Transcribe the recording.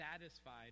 satisfied